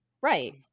right